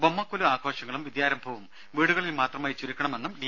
ബൊമ്മക്കൊലു ആഘോഷങ്ങളും വിദ്യാരംഭവും വീടുകളിൽ മാത്രമായി ചുരുക്കണമെന്നും ഡി